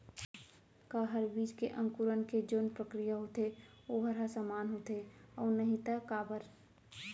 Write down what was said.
का हर बीज के अंकुरण के जोन प्रक्रिया होथे वोकर ह समान होथे, अऊ नहीं होथे ता काबर?